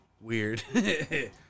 Weird